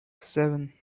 seven